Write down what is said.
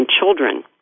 children